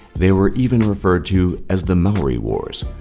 they were even referred to as the maori wars,